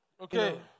Okay